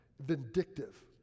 vindictive